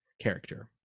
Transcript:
character